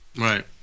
Right